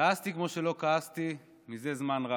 כעסתי כמו שלא כעסתי מזה זמן.